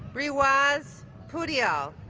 riwaz poudyal